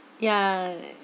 ya